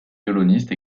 violoniste